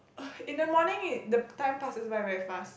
in the morning it the time passes by very fast